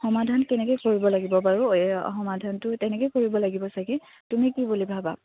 সমাধান কেনেকৈ কৰিব লাগিব বাৰু এই সমাধানটো তেনেকৈ কৰিব লাগিব চাগি তুমি কি বুলি ভাবা